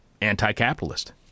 anti-capitalist